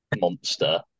Monster